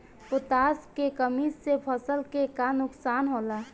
Potash के कमी से फसल के का नुकसान होला?